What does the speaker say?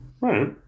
right